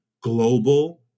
global